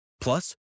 Plus